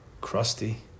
Crusty